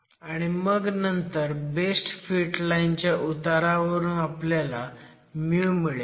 आणि मग नंतर बेस्ट फिट लाईन च्या उतारावरून आपल्याला मिळेल